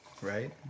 Right